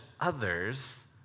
others